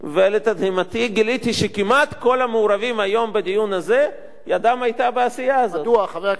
לתדהמתי גיליתי שכמעט כל המעורבים היום בדיון הזה ידם היתה בעשייה הזאת.